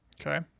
Okay